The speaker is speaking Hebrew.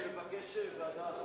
עובר?